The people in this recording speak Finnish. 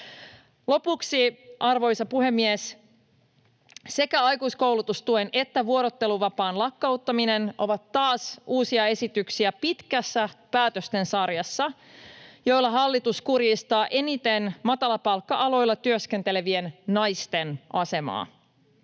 Lopuksi, arvoisa puhemies: Sekä aikuiskoulutustuen että vuorotteluvapaan lakkauttaminen ovat taas uusia esityksiä pitkässä päätösten sarjassa, jolla hallitus kurjistaa eniten matalapalkka-aloilla työskentelevien naisten asemaa.